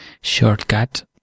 shortcut